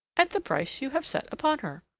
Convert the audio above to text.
at the price you have set upon her.